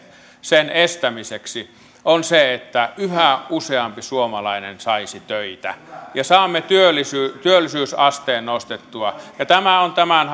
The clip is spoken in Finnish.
sen estämiseksi on se että yhä useampi suomalainen saisi töitä ja saamme työllisyysasteen nostettua tämä on tämän